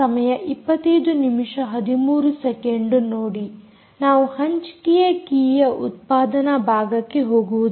ನಾವು ಹಂಚಿಕೆಯ ಕೀಯ ಉತ್ಪಾದನಾ ಭಾಗಕ್ಕೆ ಹೋಗುವುದಿಲ್ಲ